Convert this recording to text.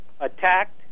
attacked